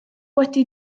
wedi